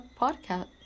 podcast